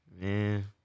man